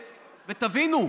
ותבינו,